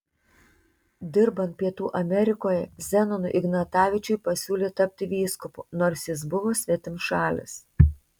dirbant pietų amerikoje zenonui ignatavičiui pasiūlė tapti vyskupu nors jis buvo svetimšalis